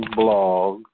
blog